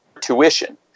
tuition